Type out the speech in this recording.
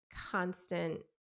constant